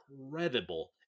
incredible